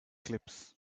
clips